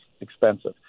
expensive